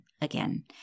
again